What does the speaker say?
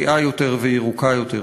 בריאה יותר וירוקה יותר.